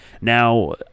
Now